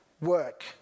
work